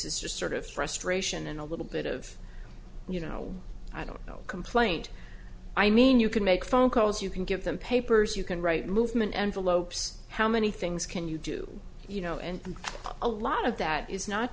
is just sort of frustration and a little bit of you know i don't know complaint i mean you can make phone calls you can give them papers you can write movement envelopes how many things can you do you know and a lot of that is not